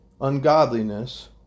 ungodliness